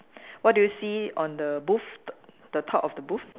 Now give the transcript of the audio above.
what do you see on the booth t~ the top of the booth